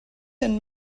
and